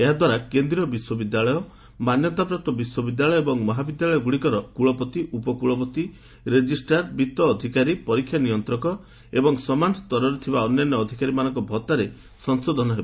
ଏହା ଦ୍ୱାରା କେନ୍ଦୀୟ ବିଶ୍ୱବିଦ୍ୟାଳୟ ମାନ୍ୟତାପ୍ରାପ୍ତ ବିଶ୍ୱବିଦ୍ୟାଳୟ ଏବଂ ମହାବିଦ୍ୟାଳୟଗୁଡ଼ିକର କୁଳପତି ଉପକୃଳପତି ରେଜିଷ୍ଟ୍ରାର ବିତ୍ତ ଅଧିକାରୀ ପରୀକ୍ଷା ନିୟନ୍ତ୍ରକ ଏବଂ ସମାନ ସ୍ତରରେ ଥିବା ଅନ୍ୟାନ୍ୟ ଅଧିକାରୀମାନଙ୍କର ଭତ୍ତାରେ ସଂଶୋଧନ ହେବ